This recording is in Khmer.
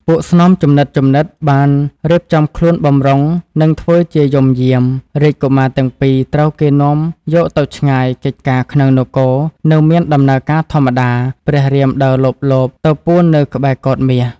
ពួកស្នំជំនិតៗ បានរៀបចំខ្លួនបម្រុងនឹងធ្វើជាយំយាមរាជកុមារទាំងពីរត្រូវគេ នាំយកទៅឆ្ងាយកិច្ចការក្នុងនគរនៅមានដំណើរការធម្មតា ព្រះរាមដើរលបៗ ទៅពួននៅក្បែរកោដ្ឋមាស។